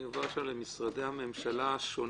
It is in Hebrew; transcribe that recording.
אני עובר עכשיו למשרדי הממשלה השונים